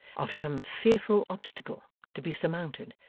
of some fearful obstacle to be surmounted,